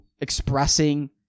expressing